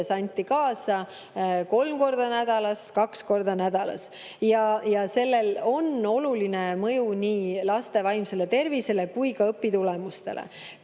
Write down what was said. anti, kolm korda nädalas, kaks korda nädalas. Sellel on oluline mõju nii laste vaimsele tervisele kui ka õpitulemustele.